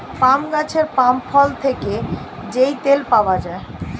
পাম গাছের পাম ফল থেকে যেই তেল পাওয়া যায়